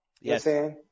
Yes